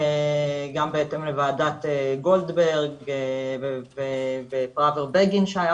גם בהתאם לוועדת גולדברג ופרבר-בגין שהיה